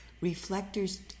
Reflectors